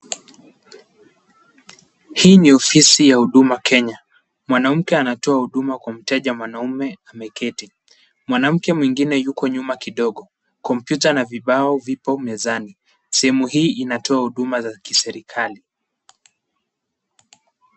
Hii ni ofisi ya Huduma Kenya. Mwanamke anatoa huduma kwa mteja mwanaume ameketi. Mwanamke mwingine yuko nyuma kidogo. Kompyuta na vibao vipo mezani. Sehemu hii inatoa huduma za kiserikali.